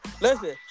listen